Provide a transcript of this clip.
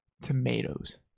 tomatoes